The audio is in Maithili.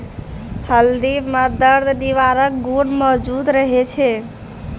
हल्दी म दर्द निवारक गुण मौजूद रहै छै